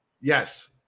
Yes